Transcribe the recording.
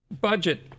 Budget